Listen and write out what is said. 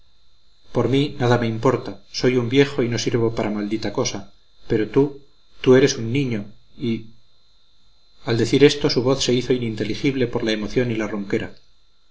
por mí nada me importa soy un viejo y no sirvo para maldita la cosa pero tú tú eres un niño y al decir esto su voz se hizo ininteligible por la emoción y la ronquera